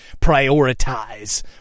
Prioritize